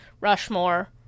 Rushmore